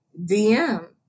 DM